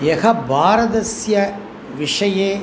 यः भारतस्य विषये